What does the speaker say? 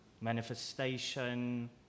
manifestation